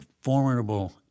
formidable